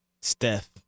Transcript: Steph